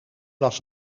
was